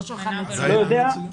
לא יודע.